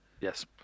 Yes